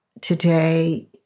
today